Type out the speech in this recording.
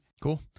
Cool